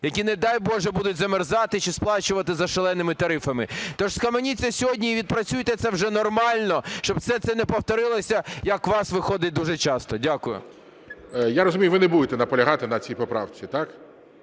які, не дай боже, будуть замерзати чи сплачувати за шаленими тарифами. Тож схаменіться сьогодні і відпрацюйте це вже нормально, щоб все це не повторилося, як у вас виходить дуже часто. Дякую. ГОЛОВУЮЧИЙ. Я розумію, ви не будете наполягати на цій поправці, так.